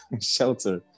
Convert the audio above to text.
shelter